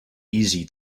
easy